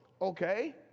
Okay